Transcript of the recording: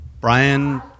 Brian